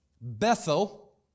Bethel